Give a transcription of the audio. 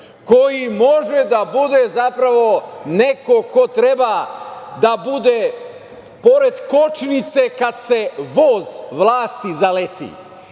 koji može da bude zapravo neko ko treba da bude pored kočnice kad se voz vlasti zaleti. Uloga